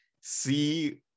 see